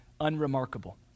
unremarkable